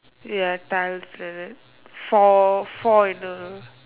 ya tiles right four four in a row